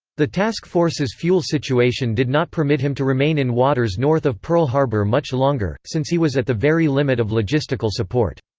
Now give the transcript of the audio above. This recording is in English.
the task force's fuel situation did not permit him to remain in waters north of pearl harbor much longer, since he was at the very limit of logistical support.